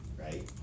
right